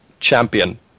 Champion